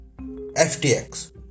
FTX